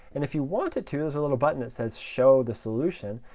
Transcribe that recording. and if you wanted to, there's a little button that says show the solution.